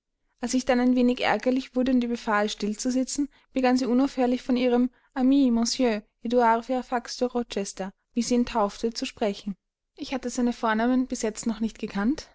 als ich dann ein wenig ärgerlich wurde und ihr befahl still zu sitzen begann sie unaufhörlich von ihrem ami monsieur edouard fairfax de rochester wie sie ihn taufte zu sprechen ich hatte seine vornamen bis jetzt noch nicht gekannt